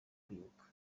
kwibuka